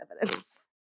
evidence